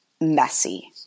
messy